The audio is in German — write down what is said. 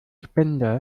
spender